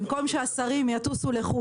במקום שהשרים יטוסו לחוץ לארץ,